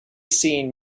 seen